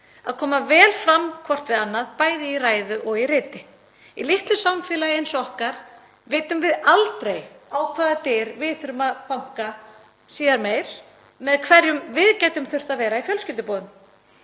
að koma vel fram hvert við annað, bæði í ræðu og í riti. Í litlu samfélagi eins og okkar vitum við aldrei á hvaða dyr við þurfum að banka síðar meir, með hverjum við gætum þurft að vera í fjölskylduboðum.